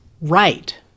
right